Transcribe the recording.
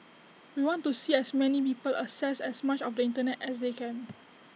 we want to see as many people access as much of the Internet as they can